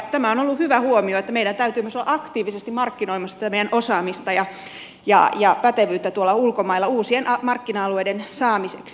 tämä on ollut hyvä huomio että meidän täytyy myös olla aktiivisesti markkinoimassa tätä meidän osaamista ja pätevyyttä tuolla ulkomailla uusien markkina alueiden saamiseksi